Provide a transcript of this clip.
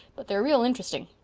but they're real interesting.